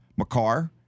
McCarr